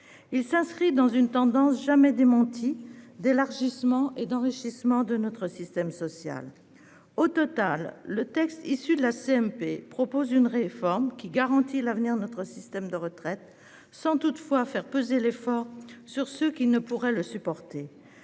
Il s'inscrit dans une tendance, jamais démentie, d'élargissement et d'enrichissement de notre système social. Finalement, le texte issu de la CMP propose une réforme qui garantit l'avenir de notre système de retraite sans toutefois faire peser l'effort sur ceux qui ne pourraient le supporter.